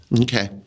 Okay